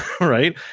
Right